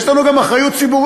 יש לנו גם אחריות ציבורית.